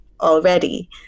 already